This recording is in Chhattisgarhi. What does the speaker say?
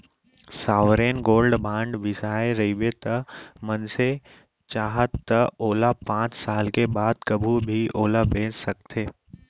सॉवरेन गोल्ड बांड बिसाए रहिबे त मनसे चाहय त ओला पाँच साल के बाद कभू भी ओला बेंच सकथे